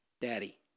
Daddy